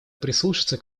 прислушаться